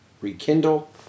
rekindle